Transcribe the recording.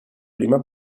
prima